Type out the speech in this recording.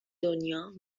دنیا